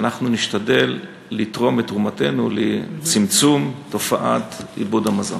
ואנחנו נשתדל לתרום את תרומתנו לצמצום תופעת איבוד המזון.